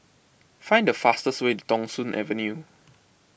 find the fastest way to Thong Soon Avenue